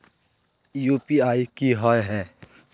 UPI की होय है?